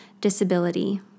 disability